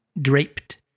draped